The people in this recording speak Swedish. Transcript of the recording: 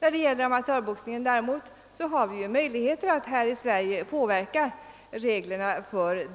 Beträffande amatörboxningen däremot har vi i Sverige möjligheter att påverka reglerna, varför